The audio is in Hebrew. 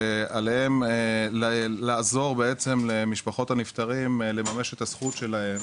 שעליהם לעזור למשפחות הנפטרים לממש את הזכות שלהם